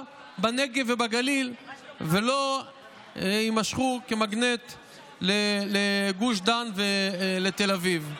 בנגב ובגליל ולא יימשכו כמגנט לגוש דן ותל אביב.